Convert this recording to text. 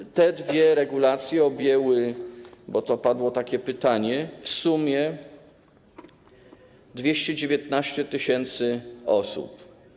I te dwie regulacje objęły, bo padło takie pytanie, w sumie 219 tys. osób.